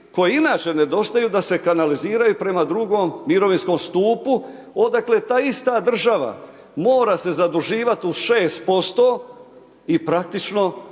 koje inače nedostaju da se kanaliziraju prema drugom mirovinskom stupu odakle ta ista država mora se zaduživat 6% i praktično imate